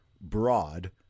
broad